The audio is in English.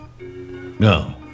No